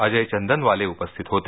अजय चंदनवाले उपस्थित होते